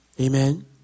Amen